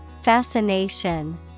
Fascination